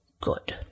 Good